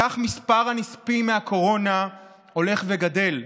כך מספר הנספים מהקורונה הולך וגדל.